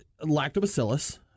lactobacillus